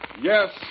Yes